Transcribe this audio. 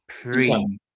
pre